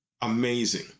amazing